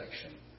section